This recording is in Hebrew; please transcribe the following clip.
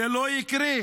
זה לא יקרה.